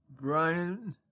Brian